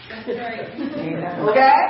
Okay